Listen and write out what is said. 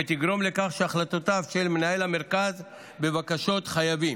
ותגרום לכך שהחלטותיו של מנהל המרכז בבקשות חייבים,